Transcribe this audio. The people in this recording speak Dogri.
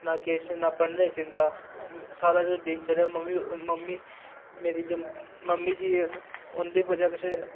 न किश न पढ़ने दी चिंता सारा गै दिनचर्या मम्मी मम्मी मेरी जो मम्मी जी उं'दी वजह् कशा